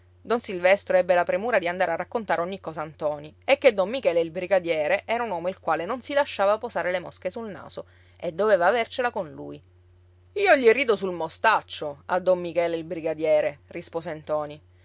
don silvestro ebbe la premura di andare a raccontare ogni cosa a ntoni e che don michele il brigadiere era un uomo il quale non si lasciava posare le mosche sul naso e doveva avercela con lui io gli rido sul mostaccio a don michele il brigadiere rispose ntoni